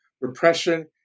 repression